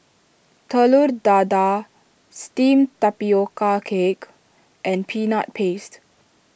Telur Dadah Steamed Tapioca Cake and Peanut Paste